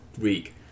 week